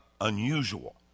unusual